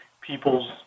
people's